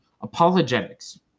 apologetics